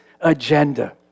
agenda